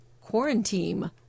quarantine